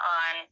on